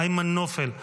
איימן נופל,